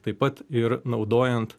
taip pat ir naudojant